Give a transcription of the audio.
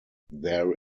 there